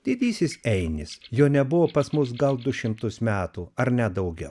didysis einis jo nebuvo pas mus gal du šimtus metų ar net daugiau